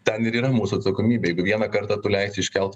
ten ir yra mūsų atsakomybė jeigu vieną kartą tu leisi iškelt